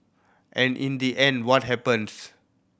and in the end what happens